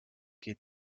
qui